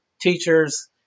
teachers